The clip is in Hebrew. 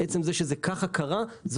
עצם זה שככה זה קרה,